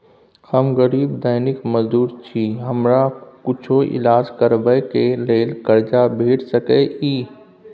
हम गरीब दैनिक मजदूर छी, हमरा कुछो ईलाज करबै के लेल कर्जा भेट सकै इ?